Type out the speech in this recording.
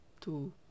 two